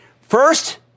First